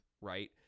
right